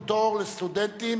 מימון הריסת מבנה על חשבון המדינה),